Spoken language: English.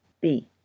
B